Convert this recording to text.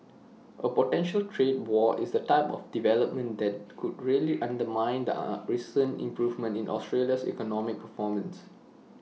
A potential trade war is the type of development that could really undermine the recent improvement in Australia's economic performance